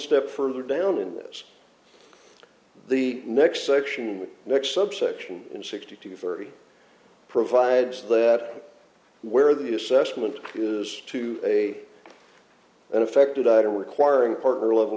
step further down in this the next section next subsection in sixty two for he provides that where the assessment is to a an affected item requiring partner level